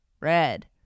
red